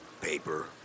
Paper